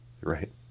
right